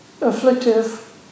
afflictive